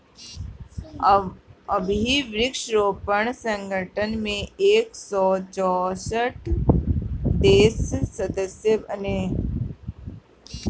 अबही विश्व व्यापार संगठन में एक सौ चौसठ देस सदस्य बाने